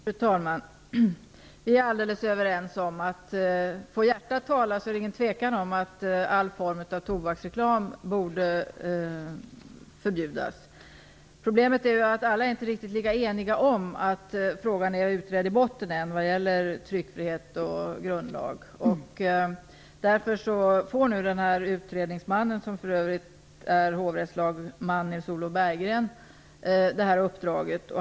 Fru talman! Vi är helt överens om att det - om hjärtat får tala - inte råder något tvivel om att varje form av tobaksreklam borde förbjudas. Problemet är att alla inte är riktigt lika eniga om att frågan ännu utretts i botten vad gäller tryckfrihet och grundlag. Därför får utredningsmannen, som för övrigt är hovrättslagman Nils-Olof Berggren, det här uppdraget.